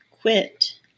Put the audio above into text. quit